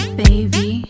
baby